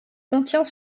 contient